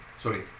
sorry